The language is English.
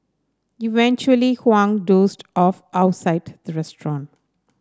eventually Huang dozed off outside the restaurant